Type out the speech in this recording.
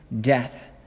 death